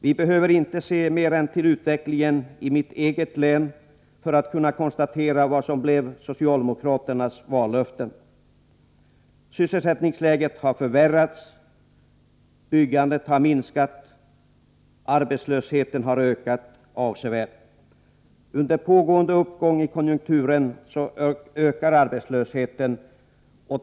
Vi behöver inte se mer än till utvecklingen i mitt län för att kunna konstatera vad det blev av socialdemokraternas vallöften. Sysselsättningsläget har förvärrats, byggandet har minskat, arbetslösheten har ökat avsevärt. Under pågående uppgång i konjunkturen ökar arbetslösheten.